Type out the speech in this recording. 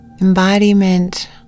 embodiment